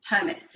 permit